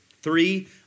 three